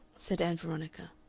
said ann veronica,